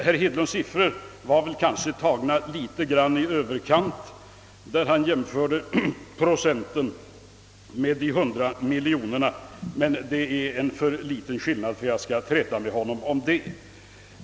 Herr Hedlunds siffror var kanske tilltagna litet i överkant, när han jämförde procenten med 100 miljoner kronor, men skillnaden är för liten för att jag skall träta med honom om den.